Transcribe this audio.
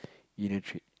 inner trait